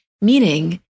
Meaning